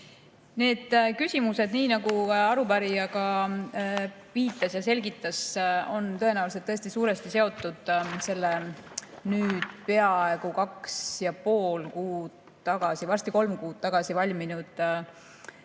Need küsimused, nii nagu arupärija ka viitas ja selgitas, on tõesti suuresti seotud selle peaaegu kaks ja pool kuud tagasi, varsti kolm kuud tagasi valminud hästi